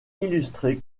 illustré